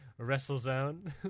WrestleZone